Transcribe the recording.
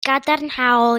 gadarnhaol